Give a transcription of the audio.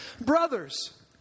brothers